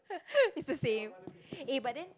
it's the same eh but then